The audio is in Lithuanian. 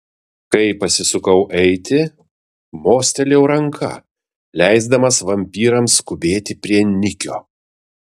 kai pasisukau eiti mostelėjau ranka leisdamas vampyrams skubėti prie nikio